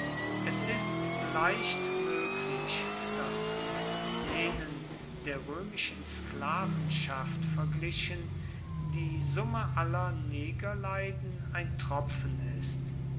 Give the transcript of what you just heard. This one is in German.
es ist leicht möglich daß mit denen der römischen sklavenschaft verglichen die summe aller negerleiden ein tropfen ist